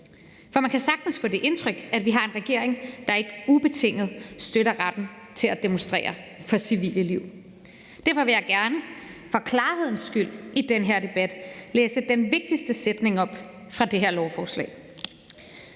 For man kan sagtens få det indtryk, at vi har en regering, der ikke ubetinget støtter retten til at demonstrere for civile liv. Derfor vil jeg gerne for klarhedens skyld i den her debat læse den vigtigste sætning i det her lovforslag